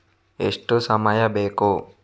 ಎಷ್ಟು ಸಮಯ ಬೇಕು?